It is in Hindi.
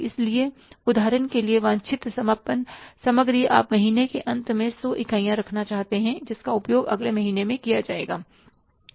इसलिए उदाहरण के लिए वांछित समापन सामग्री आप महीने के अंत में 100 इकाइयां रखना चाहते हैं जिसका उपयोग अगले महीने किया जाएगा